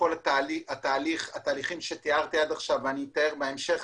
מכל התהליכים שתיארתי עד עכשיו ואתאר בהמשך,